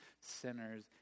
sinners